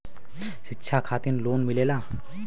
शिक्षा खातिन लोन मिलेला?